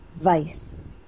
Vice